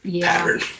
pattern